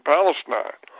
Palestine